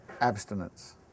abstinence